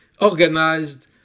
organized